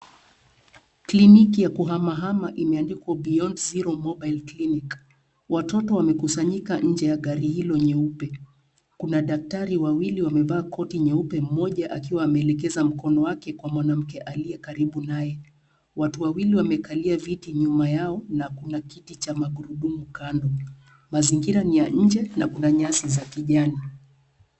Kliniki ya kuhamahama imeandikwa beyond zero mobile clinic. Watoto wamekusanyika nje ya gari hilo nyeupe. Kuna daktari wawili wamevaa koti nyeupe mmoja akiwa ameelekeza mkono wake kwa mwanamke aliye karibu naye. Watu wawili wamekalia viti nyuma yao, na kuna kiti cha magurudumu kando. Mazingira ni ya nje na kuna nyasi za kijani.